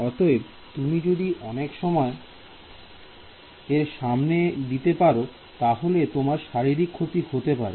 অতএব তুমি যদি অনেক সময় এর সামনে দিতে পারো তাহলে তোমার শারীরিক ক্ষতি হতে পারে